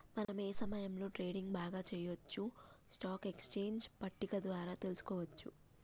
మనం ఏ సమయంలో ట్రేడింగ్ బాగా చెయ్యొచ్చో స్టాక్ ఎక్స్చేంజ్ పట్టిక ద్వారా తెలుసుకోవచ్చు